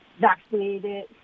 vaccinated